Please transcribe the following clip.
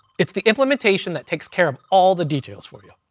it's the implementation that takes care of all the details for you.